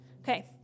Okay